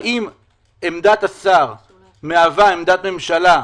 האם עמדת השר מהווה עמדת ממשלה,